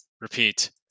repeat